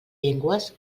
llengües